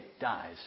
dies